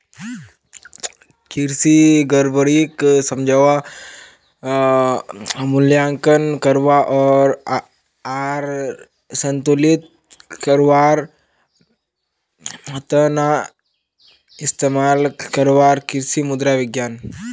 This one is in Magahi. कृषि गड़बड़ीक समझवा, मूल्यांकन करवा आर संतुलित करवार त न इस्तमाल करवार कृषि मृदा विज्ञान